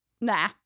Nah